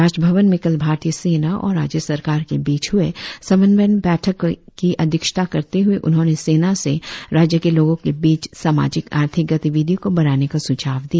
राजभवन में कल भारतीय सेना और राज्य सरकार के बीच हुए समन्वयन बैठक की अध्यक्षता करते हुए उन्होंने सेना से राज्य के लोगों के बीच सामाजिक आर्थिक गतिविधियों को बढ़ाने का सुझाव दिया